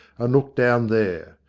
and looked down there.